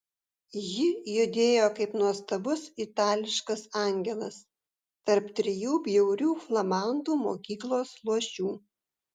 ji judėjo kaip nuostabus itališkas angelas tarp trijų bjaurių flamandų mokyklos luošių